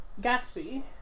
Gatsby